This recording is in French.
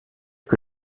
que